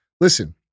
listen